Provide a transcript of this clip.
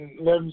let